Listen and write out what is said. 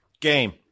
Game